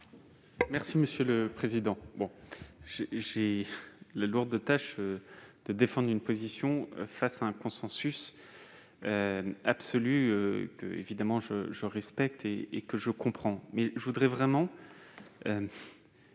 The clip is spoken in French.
M. le ministre. Il me revient la lourde tâche de défendre une position face à un consensus absolu, que je respecte et que je comprends